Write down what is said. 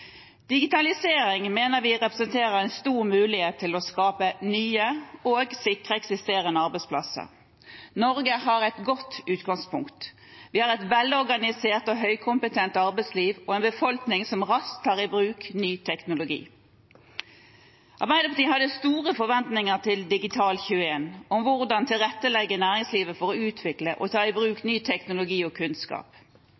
Digitalisering mener vi representerer en stor mulighet til å skape nye og å sikre eksisterende arbeidsplasser. Norge har et godt utgangspunkt. Vi har et velorganisert og høykompetent arbeidsliv og en befolkning som raskt tar i bruk ny teknologi. Arbeiderpartiet hadde store forventninger til Digital21 – om hvordan tilrettelegge næringslivet for å utvikle og ta i